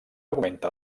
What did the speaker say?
augmenta